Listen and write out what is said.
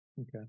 Okay